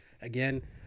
Again